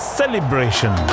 celebration